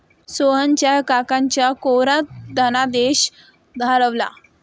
सोहनच्या काकांचा कोरा धनादेश हरवला